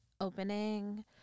Opening